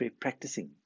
practicing